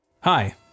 Hi